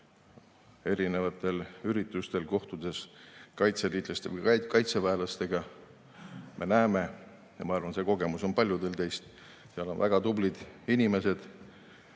eri üritustel kohtudes kaitseliitlaste või kaitseväelastega me näeme – ma arvan, et see kogemus on paljudel teist –, et seal on väga tublid inimesed,